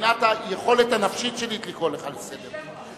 מבחינת היכולת הנפשית שלי, לקרוא אותך לסדר.